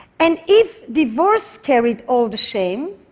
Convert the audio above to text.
and if divorce carried all the shame,